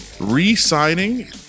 re-signing